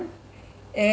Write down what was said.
and